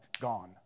gone